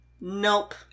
Nope